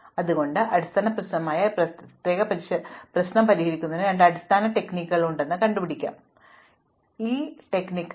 അതിനാൽ ഗ്രാഫുകളിലെ ഏറ്റവും അടിസ്ഥാന പ്രശ്നമായ ഈ പ്രത്യേക പ്രശ്നം പരിഹരിക്കുന്നതിന് രണ്ട് അടിസ്ഥാന തന്ത്രങ്ങളുണ്ടെന്ന് ഇത് മാറും അത് എന്തിനുമായി ബന്ധപ്പെട്ടിരിക്കുന്നുവെന്ന് കണ്ടെത്തും